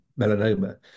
melanoma